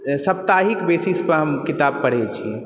सप्ताहिक बेसिस पर हम किताब पढ़ै छियै